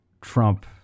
Trump